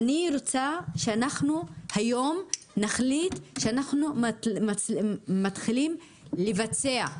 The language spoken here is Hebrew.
אני רוצה שאנחנו היום נחליט שאנחנו מתחילים לבצע.